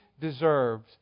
deserves